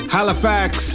Halifax